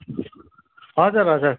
हजुर हजुर